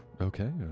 okay